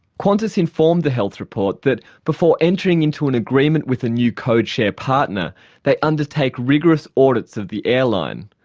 qantas informed the health report that before entering into an agreement with a new code-share partner they undertake rigorous audits of the airline,